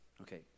Okay